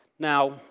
Now